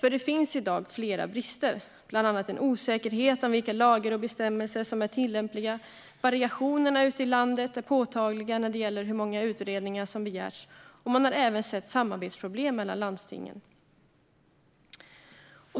Det finns i dag flera brister, bland annat en osäkerhet om vilka lagar och bestämmelser som är tillämpliga. Variationerna ute i landet är påtagliga när det gäller hur många utredningar som begärts, och man har även sett samarbetsproblem mellan landstingen.